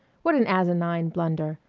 what an asinine blunder!